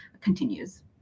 continues